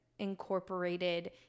incorporated